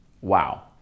Wow